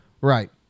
Right